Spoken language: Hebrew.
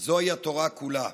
זוהי התורה כולה,